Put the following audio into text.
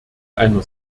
einer